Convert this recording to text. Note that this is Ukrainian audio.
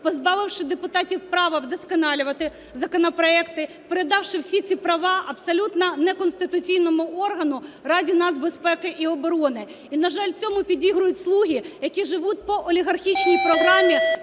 позбавивши депутатів права вдосконалювати законопроекти, передавши всі ці права абсолютно неконституційному органу – Раді нацбазепеки і оборони. І, на жаль, цьому підігрують "слуги", які живуть по олігархічній програмі